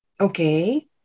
Okay